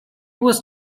was